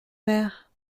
mère